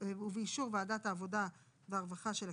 ובאישור וועדת העבודה והרווחה של הכנסת,